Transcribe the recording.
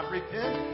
Repent